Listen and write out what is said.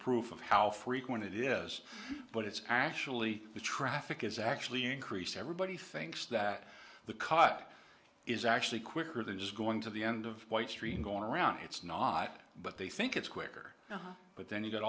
proof of how frequent it is but it's actually the traffic is actually increased everybody thinks that the cut is actually quicker there's going to the end of white stream going around it's not but they think it's quicker but then you g